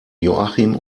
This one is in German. joachim